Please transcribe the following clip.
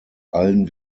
allen